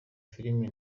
filime